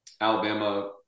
alabama